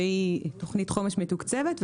שהיא תוכנית חומש מתוקצבת,